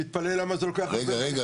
שהתפלא למה זה לוקח --- רגע,